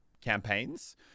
campaigns